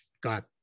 got